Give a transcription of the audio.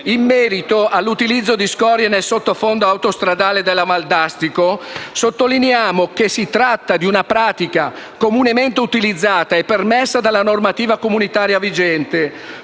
In merito all'utilizzo di scorie nel sottofondo autostradale della Valdastico, sottolineiamo che si tratta di una pratica comunemente utilizzata e permessa dalla normativa comunitaria vigente.